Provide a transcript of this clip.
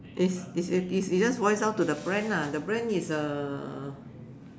it's it it just boils down to the brand ah the brand is uh